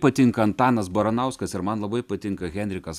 patinka antanas baranauskas ir man labai patinka henrikas